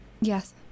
yes